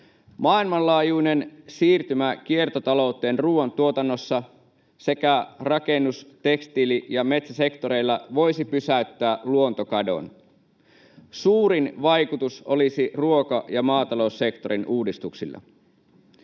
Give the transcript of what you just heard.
”Maailmanlaajuinen siirtymä kiertotalouteen ruoantuotannossa sekä rakennus-, tekstiili- ja metsäsektoreilla voisi pysäyttää luontokadon. Suurin vaikutus olisi ruoka- ja maataloussektorin uudistuksilla.”